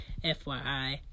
FYI